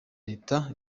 leta